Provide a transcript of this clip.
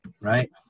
right